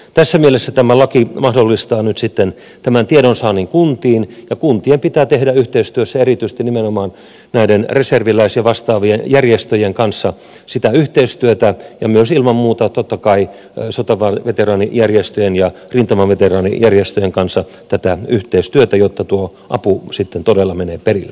tässä mielessä tämä laki mahdollistaa nyt sitten tämän tiedonsaannin kuntiin ja kuntien pitää tehdä erityisesti nimenomaan näiden reserviläis ja vastaavien järjestöjen kanssa ja myös ilman muuta totta kai sotaveteraanijärjestöjen ja rintamaveteraanijärjestöjen kanssa tätä yhteistyötä jotta tuo apu sitten todella menee perille